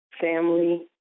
family